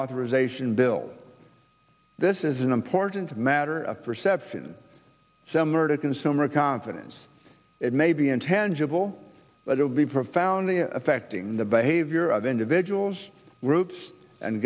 reauthorization bill this is an important matter of perception some are to consumer confidence it may be intangible but will be profoundly affecting the behavior of individuals roots and